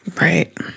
Right